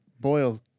boil